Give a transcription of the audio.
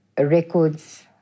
records